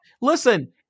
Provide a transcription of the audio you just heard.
Listen